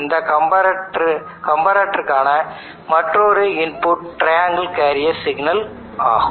இந்த கம்பரட்டருக்கான மற்றொரு இன்புட் ட்ரையாங்கிள் கேரியர் சிக்னல் ஆகும்